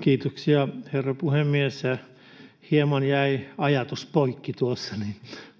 Kiitoksia, herra puhemies! Koska hieman jäi ajatus poikki tuossa,